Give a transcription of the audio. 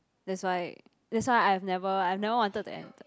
that's why that's why I have never I have never wanted to enter